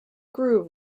groove